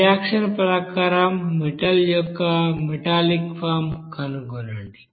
reaction ప్రకారం metal యొక్క metallic form కనుగొనండి